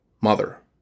mother